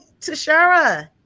Tashara